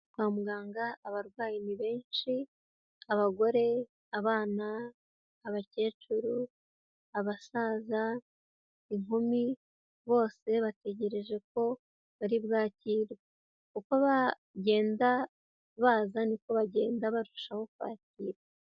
Kwa muganga abarwayi ni benshi abagore, abana, abakecuru, abasaza inkumi, bose bategereje ko baribwakirwe, uko bagenda baza niko bagenda barushaho kwakira.